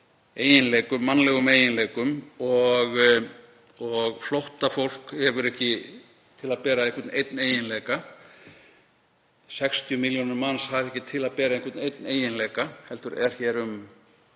af alls konar mannlegum eiginleikum og flóttafólk hefur ekki til að bera einhvern einn eiginleika, 60 milljónir manna hafa ekki til að bera einhvern einn eiginleika heldur er hér um